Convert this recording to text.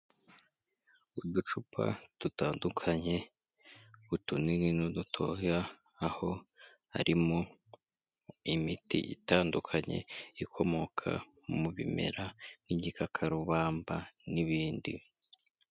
Uducupa dutandukanye utunini n'udutoya aho harimo imiti itandukanye ikomoka mu bimera nk'igikakarubamba n'ibindi.